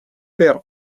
père